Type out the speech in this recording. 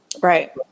Right